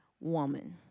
woman